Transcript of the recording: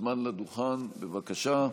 מוזמן לדוכן, בבקשה.